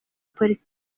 politiki